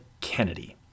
Kennedy